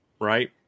right